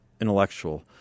intellectual